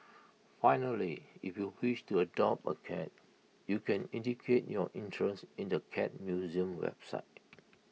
finally if you wish to adopt A cat you can indicate your interest in the cat museum's website